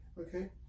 okay